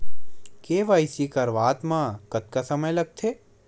KYC करवात म कतका समय लगथे?